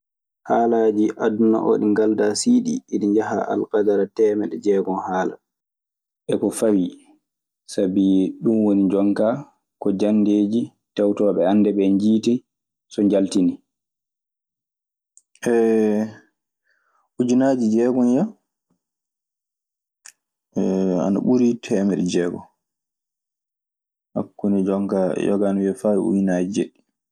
Haalaji adduna ɗi galda sii ɗi i di jaaha al kadara temeɗe diegon haala e ko fawii. Sabi ɗun woni jon kaa ko janndeeji, taetooɓe annde ɓee njiiti so njaltini. ujunnaaje jeegom ya. Ana ɓuri temeɗɗe jeegom. Hakkunde jooni ka, yoga ina wiya faa ujunnaaje jeeɗiɗi.